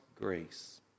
grace